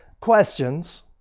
questions